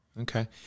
okay